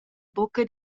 buca